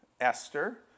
Esther